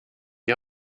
die